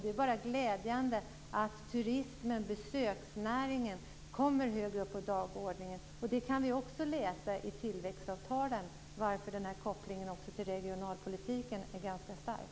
Det är bara glädjande att turismen och besöksnäringen kommer högre upp på dagordningen. Vi kan också läsa i tillväxtavtalen varför kopplingen till regionalpolitiken är ganska stark.